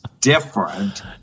different